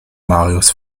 marius